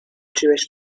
jewish